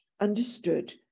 understood